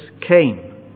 came